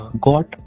got